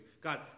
God